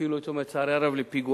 ואפילו הייתי אומר לצערי הרב לפיגועים,